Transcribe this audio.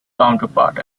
counterpart